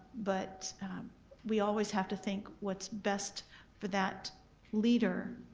but we always have to think what's best for that leader,